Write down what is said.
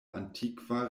antikva